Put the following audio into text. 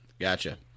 Gotcha